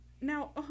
now